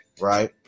right